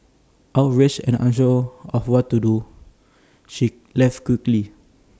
outraged and unsure of what to do she left quickly